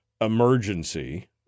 emergency